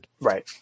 Right